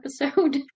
episode